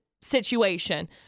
situation